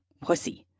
pussy